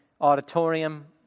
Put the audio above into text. auditorium